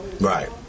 Right